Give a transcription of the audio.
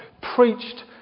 preached